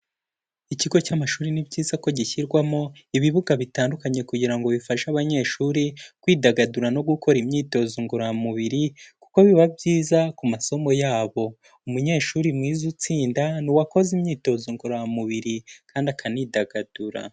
Ikigo cy'amashuri ni byiza ko gishyirwamo ibibuga bitandukanye kugira ngo bifashe abanyeshuri kwidagadura no gukora imyitozo ngororamubiri, kuko biba byiza ku masomo yabo. Umunyeshuri mwiza utsinda ni uwakoze imyitozo ngororamubiri kandi akanidagadura.